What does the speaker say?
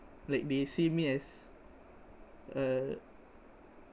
like they see me as uh